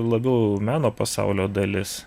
labiau meno pasaulio dalis